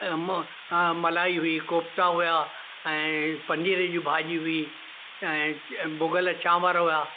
ऐं हुम मलाई हुई कोफ्ता हुया ऐं पनीर जूं भाॼियूं हुई ऐं भुॻल चांवर हुआ